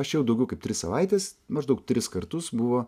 aš jau daugiau kaip tris savaites maždaug tris kartus buvo